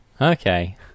Okay